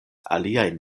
aliajn